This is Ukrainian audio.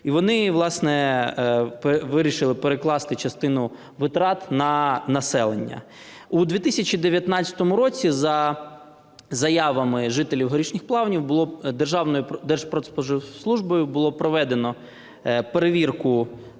і вони, власне, вирішили перекласти частину витрат на населення. У 2019 році за заявами жителів Горішніх Плавнів Держпродспоживслужбою було проведено перевірку